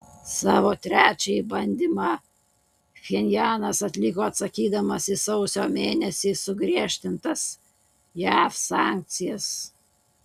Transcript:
savo trečiąjį bandymą pchenjanas atliko atsakydamas į sausio mėnesį sugriežtintas jav sankcijas